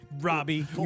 Robbie